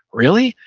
really,